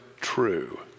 true